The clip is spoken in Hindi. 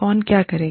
कौन क्या करे